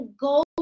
go